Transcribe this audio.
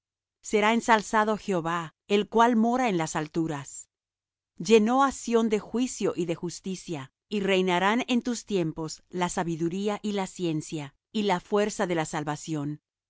será ensalzado jehová el cual mora en las alturas llenó á sión de juicio y de justicia y reinarán en tus tiempos la sabiduría y la ciencia y la fuerza de la salvación